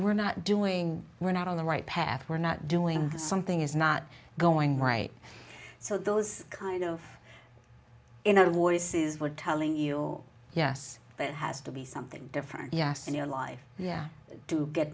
we're not doing we're not on the right path we're not doing something is not going right so those kind of in a voice says we're telling you yes it has to be something different yes in your life yeah i do get